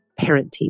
parenting